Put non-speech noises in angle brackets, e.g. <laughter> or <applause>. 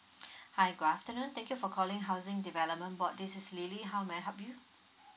<breath> hi good afternoon thank you for calling housing development board this is lily how may I help you